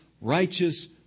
righteous